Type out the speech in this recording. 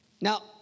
Now